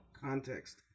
context